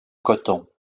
coton